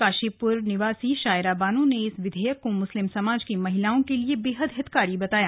काशीपुर निवासी शायरा बानो ने इस विधेयक को मुस्लिम समाज की महिलाओं के लिए बेहद हितकारी बताया